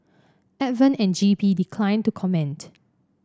advent and G P declined to comment